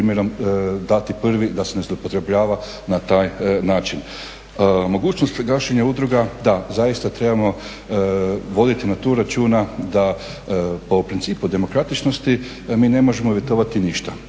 da se ne zloupotrebljava na taj način. Mogućnost gašenja udruga, da, zaista trebamo voditi tu računa da po principu demokratičnosti mi ne možemo uvjetovati ništa.